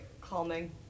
calming